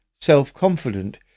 self-confident